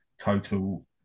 total